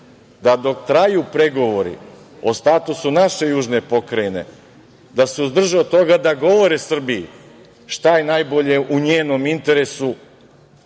da dok traju pregovori o statusu naše južne pokrajine, da se uzdrže od toga da govore Srbiji šta je najbolje u njenom interesu,